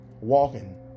walking